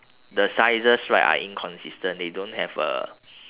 the sizes right are inconsistent they don't have uh